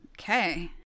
Okay